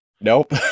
Nope